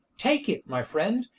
take it, my friend,